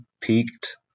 peaked